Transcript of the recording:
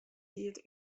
tiid